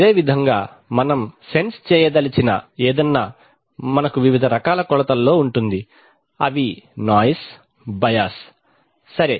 అదేవిధంగా మనం సెన్స్ చేయ దలిచిన ఏదైనా మనకు వివిధ రకాల కొలతల్లో ఉంటుంది అవి నాయిస్ బయాస్ సరే